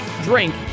Drink